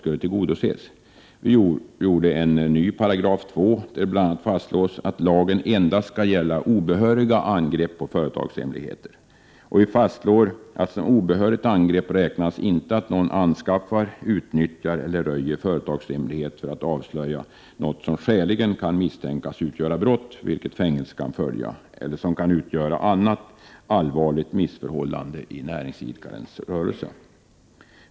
Vi arbetade fram en ny 2 §, där det bl.a. fastslås att lagen endast skall gälla obehöriga angrepp på företagshemligheter. Vi fastslår att som obehörigt angrepp räknas inte att någon anskaffar, utnyttjar eller röjer företagshemlighet för att avslöja något, som skäligen kan misstänkas utgöra brott, på vilket fängelse kan följa, eller som kan utgöra annat allvarligt missförhållande i näringsidkarens rörelse.